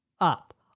up